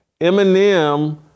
Eminem